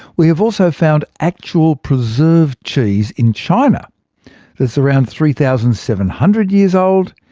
we have also found actual preserved cheese in china that's around three thousand seven hundred years old.